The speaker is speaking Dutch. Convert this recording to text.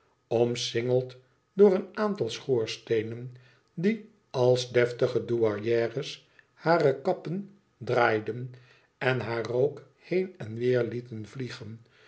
omsingeld door een aantal schoorsteen en die als deftige douairières hare kappen draaiden en haar rook heen en weer heten vliegen